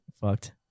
fucked